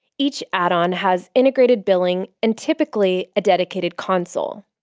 each addon has integrated billing, and typically a dedicated console.